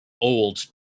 old